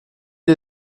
est